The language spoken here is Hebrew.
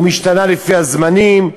ומשתנה לפי הזמנים,